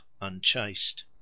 unchaste